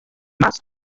más